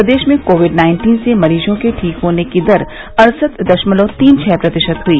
प्रदेश में covid nineteen से मरीजों के ठीक होने की दर अड़सठ दशमलव तीन छः प्रतिशत हई